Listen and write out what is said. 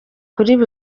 buri